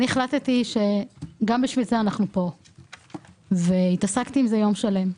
החלטתי שגם בשביל זה אנחנו כאן והתעסקתי עם זה במשך יום שלם.